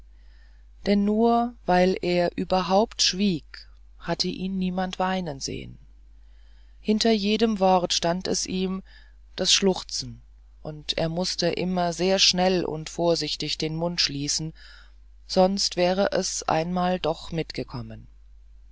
denn nur weil er überhaupt schwieg hatte ihn niemand weinen sehen hinter jedem wort stand es ihm das schluchzen und er mußte immer sehr schnell und vorsichtig den mund schließen sonst wäre es einmal doch mitgekommen